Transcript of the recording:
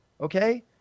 okay